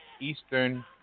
Eastern